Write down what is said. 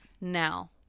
now